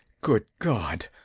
good god,